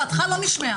דעתך לא נשמעה.